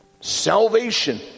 salvation